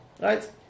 right